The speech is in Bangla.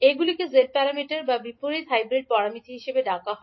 এগুলিকে Z প্যারামিটার বা বিপরীত হাইব্রিড প্যারামিটার হিসাবে ডাকা হয়